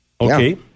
Okay